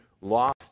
lost